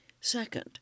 Second